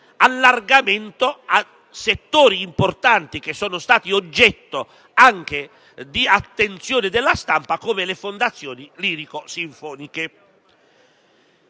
allargamento a settori importanti, che sono stati oggetto anche di attenzione della stampa, come le fondazioni lirico-sinfoniche.